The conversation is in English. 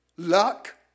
Luck